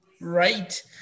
Right